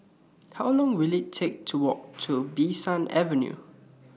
How Long Will IT Take to Walk to Bee San Avenue